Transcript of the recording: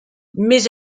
mais